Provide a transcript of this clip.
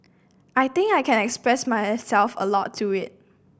I think I can express myself a lot through it